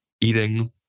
Eating